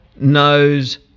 Knows